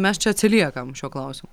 mes čia atsiliekam šiuo klausimu